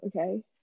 Okay